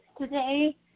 today